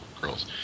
girls